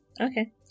Okay